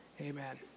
Amen